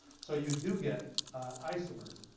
so you do get isomers.